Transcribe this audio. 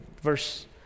Verse